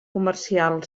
comercial